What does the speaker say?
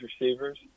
receivers